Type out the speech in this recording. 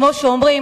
כמו שאומרים,